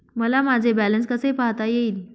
मला माझे बॅलन्स कसे पाहता येईल?